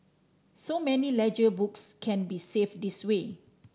so many ledger books can be saved this way